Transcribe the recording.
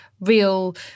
real